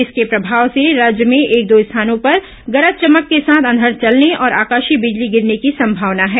इसके प्रभाव से राज्य में एक दो स्थानों पर गरज चमक के साथ अंधड़ चलने और आकाशीय बिजली गिरने की संभावना है